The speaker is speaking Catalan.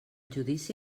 judici